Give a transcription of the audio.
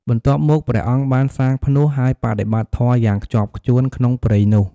បន្ទាប់មក ព្រះអង្គបានសាងផ្នួស ហើយបដិបត្តិធម៌យ៉ាងខ្ជាប់ខ្ជួនក្នុងព្រៃនោះ។